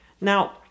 Now